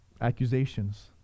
Accusations